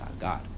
God